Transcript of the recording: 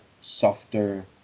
softer